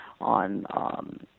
on